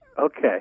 Okay